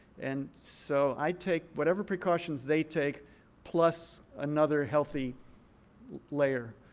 and so i take whatever precautions they take plus another healthy layer.